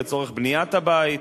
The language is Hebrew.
לצורך בניית הבית,